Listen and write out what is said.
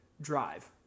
Drive